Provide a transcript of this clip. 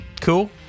Cool